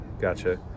Gotcha